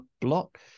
block